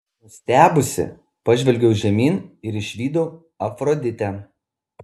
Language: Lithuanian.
nustebusi pažvelgiau žemyn ir išvydau afroditę